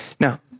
now